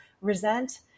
resent